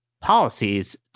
policies